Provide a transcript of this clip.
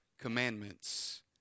commandments